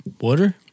Water